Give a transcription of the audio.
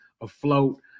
afloat